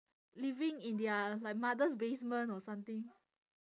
living in their like mother's basement or something